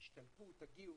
תשתלבו, תגיעו'.